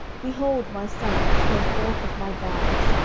behold, my son, which came forth of my bowels,